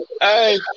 hey